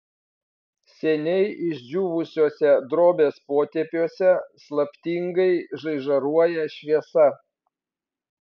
seniai išdžiūvusiuose drobės potėpiuose slaptingai žaižaruoja šviesa